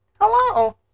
hello